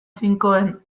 finkoen